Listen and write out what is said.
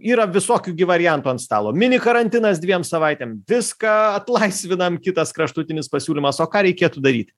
yra visokių gi variantų ant stalo mini karantinas dviem savaitėm viską atlaisvinam kitas kraštutinis pasiūlymas o ką reikėtų daryti